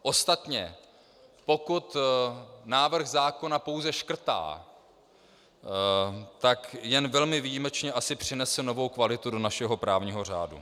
Ostatně, pokud návrh zákona pouze škrtá, tak jen velmi výjimečně asi přinese novou kvalitu do našeho právního řádu.